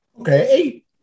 Okay